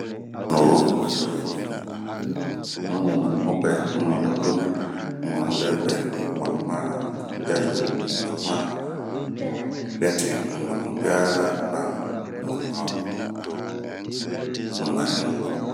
sunuwo, wmumuɛnumabuɛ, wmumuɛnumaguemɛ, wmumuɛmaguaguɛ, wmumuɛnumaguaɲu, wmumuɛnumaguana, wmumuɛnumaguanamaguɛ, wmumuɛɲu.